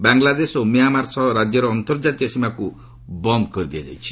ବାଂଲାଦେଶ ଓ ମ୍ୟାମାର ସହ ରାଜ୍ୟର ଅନ୍ତର୍ଜାତୀୟ ସୀମାକୁ ବନ୍ଦ୍ କରାଯାଇଛି